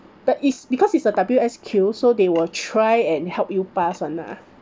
but is because it's a W_S_Q so they will try and help you pass [one] lah